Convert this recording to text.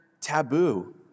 taboo